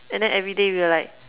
and then everyday we're like